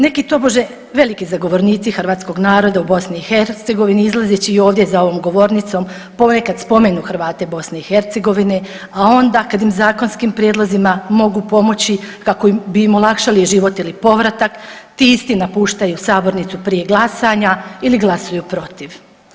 Neki tobože veliki zagovornici hrvatskog naroda u BiH izlazeći i ovdje za ovom govornicom ponekad spomenu Hrvate BiH, kad im zakonskim prijedlozima mogu pomoći kako bi im olakšali život ili povratak, ti isti napuštaju sabornicu prije glasanja ili glasuju protiv.